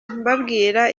mbabwira